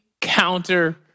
counter